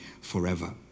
forever